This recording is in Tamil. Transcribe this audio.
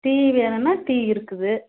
டீ வேணுன்னால் டீ இருக்குது